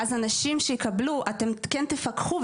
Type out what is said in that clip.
ואז על האנשים שיקבלו אתם כן תפקחו,